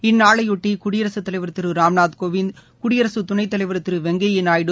இந்நாளையொட்டி குடியரசுத் தலைவர் திரு ராம்நாத் கோவிந்த் துணைத்தலைவர் திரு வெங்கயை நாயுடு